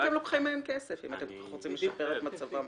אתם לוקחים מהם כסף אם אתם כל כך רוצים לשפר את מצבם?